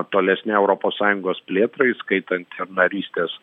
tolesnei europos sąjungos plėtrai įskaitant ir narystės